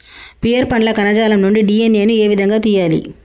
Pear పండ్ల కణజాలం నుండి డి.ఎన్.ఎ ను ఏ విధంగా తియ్యాలి?